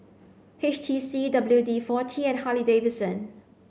H T C W D forty and Harley Davidson